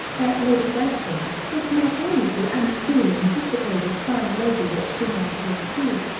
that lady delacour was not always the unfeeling, dissipated fine lady that she now appears to be.